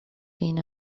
been